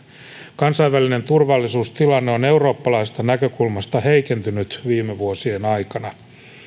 kansainvälinen turvallisuustilanne on eurooppalaisesta näkökulmasta heikentynyt viime vuosien aikana